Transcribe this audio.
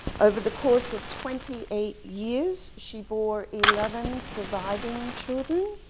over the course of twenty eight years, she bore eleven surviving children.